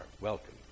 welcome